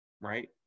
right